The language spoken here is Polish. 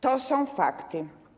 To są fakty.